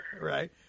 Right